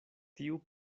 tiu